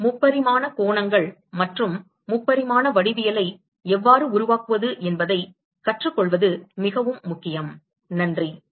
3 பரிமாண கோணங்கள் மற்றும் 3 பரிமாண வடிவியலை எவ்வாறு உருவாக்குவது என்பதைக் கற்றுக்கொள்வது மிகவும் முக்கியம்